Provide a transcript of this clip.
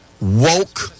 woke